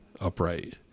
upright